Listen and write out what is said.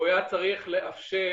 הוא היה צריך לאפשר